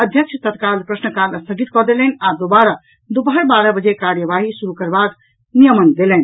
अध्यक्ष तत्काल प्रश्नकाल स्थगित कऽ देलनि आ दोबारा दूपहर बारह बजे कार्यवाही शुरू करबाक नियमन देलनि